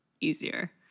easier